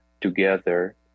together